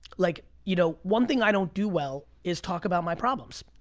like you know one thing i don't do well is talk about my problems,